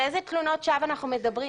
על איזה תלונות שווא אנחנו מדברים?